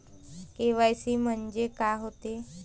KYC म्हंनजे का होते?